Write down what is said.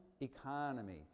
economy